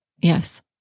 Yes